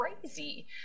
crazy